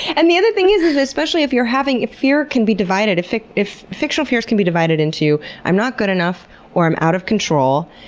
and the other thing is is especially if you're having, if fear can be divided, if if fictional fears can be divided into i'm not good enough or i'm out of control,